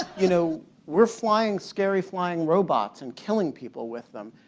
you know we're flying scary flying robots and killing people with them.